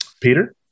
Peter